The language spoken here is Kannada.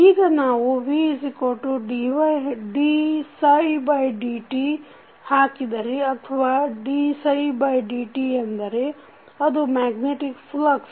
ಈಗ ನಾವು Vdψdt ಹಾಕಿದರೆ ಅಥವಾ dψdt ಎಂದರೆ ಅದು ಮ್ಯಾಗ್ನೇಟಿಕ್ ಫ್ಲಕ್ಸ್